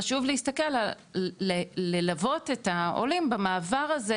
חשוב להסתכל ללוות את העולים במעבר הזה,